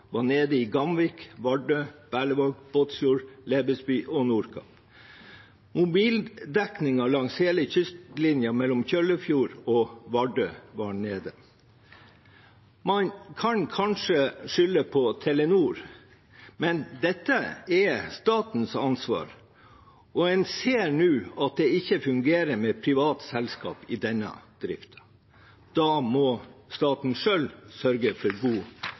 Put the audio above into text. var nede i Gamvik, Vardø, Berlevåg, Båtsfjord, Lebesby og Nordkapp, og mobildekningen langs hele kystlinjen mellom Kjøllefjord og Vardø var nede. Man kan kanskje skylde på Telenor, men dette er statens ansvar, og en ser nå at det ikke fungerer med privat selskap i denne driften. Da må staten selv sørge for